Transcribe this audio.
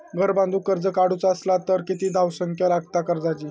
घर बांधूक कर्ज काढूचा असला तर किती धावसंख्या लागता कर्जाची?